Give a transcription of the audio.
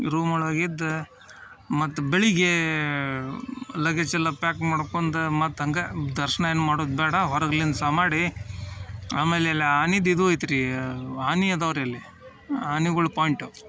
ರೂಮೊಳಗೆ ಇದ್ದು ಮತ್ತೆ ಬೆಳಗ್ಗೆ ಲಗೇಜ್ ಎಲ್ಲ ಪ್ಯಾಕ್ ಮಾಡ್ಕೊಂಡು ಮತ್ತು ಹಂಗೆ ದರ್ಶನ ಏನು ಮಾಡೋದು ಬೇಡ ಹೊರಗೆ ಲೆನ್ಸ ಮಾಡಿ ಆಮೇಲೆಲ್ಲ ಆನೆದ್ ಇದು ಐತೆ ರಿ ಆನೆ ಅದಾವೆ ರಿ ಅಲ್ಲಿ ಆನಿಗಳ ಪಾಯಿಂಟು